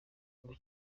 ngo